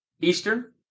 Eastern